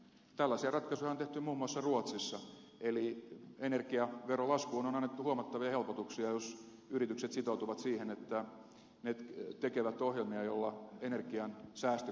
tällaisia ratkaisuja on tehty muun muassa ruotsissa eli energiaveron laskuun on annettu huomattavia helpotuksia jos yritykset sitoutuvat siihen että ne tekevät ohjelmia joilla energiansäästö käytännössä toteutuu